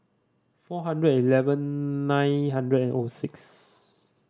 four hundred eleven nine hundred and O six